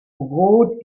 rot